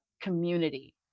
community